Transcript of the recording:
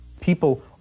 People